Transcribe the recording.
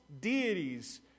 deities